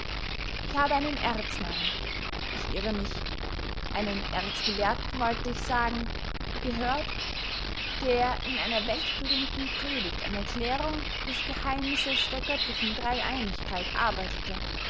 ich habe einen erznarren ich irre mich einen erzgelehrten wollte ich sagen gehört der in einer weltberühmten predigt an erklärung des geheimnisses der göttlichen dreyeinigkeit arbeitete